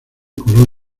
color